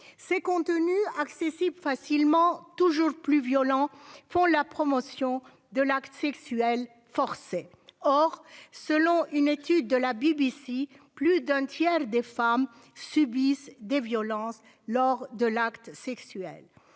ces contenus accessibles facilement toujours plus violents font la promotion de l'acte sexuel forcé. Or, selon une étude de la BBC. Plus d'un tiers des femmes subissent des violences lors de l'acte sexuel